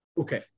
Okay